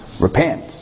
repent